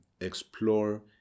explore